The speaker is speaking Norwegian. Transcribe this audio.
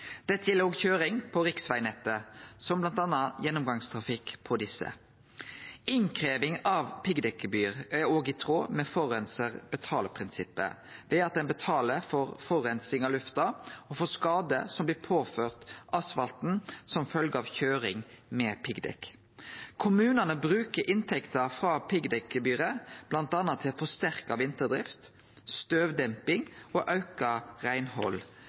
Dette gjeld òg køyring på riksvegnettet, som bl.a. gjennomgangstrafikk på desse vegane. Innkrevjing av piggdekkgebyr er òg i tråd med forureinar betalar-prinsippet, ved at ein betaler for forureining av lufta og for skade som blir påført asfalten som følgje av køyring med piggdekk. Kommunane bruker inntekta frå piggdekkgebyret bl.a. til forsterka vinterdrift, støvdemping og auka reinhald.